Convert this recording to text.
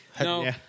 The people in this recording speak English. No